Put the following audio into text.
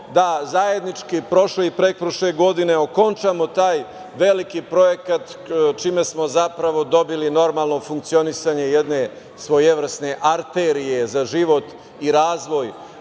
da zajednički prošle i pretprošle godine okončamo taj veliki projekat čime smo zapravo dobili normalno funkcionisanje jedne svojevrsne arterije za život i razvoj